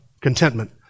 contentment